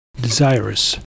Desirous